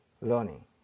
learning